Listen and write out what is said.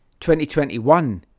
2021